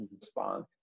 respond